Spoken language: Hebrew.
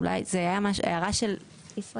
אולי זאת הייתה הערה של ישראכרט,